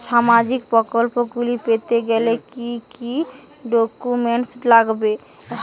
সামাজিক প্রকল্পগুলি পেতে গেলে কি কি ডকুমেন্টস লাগবে?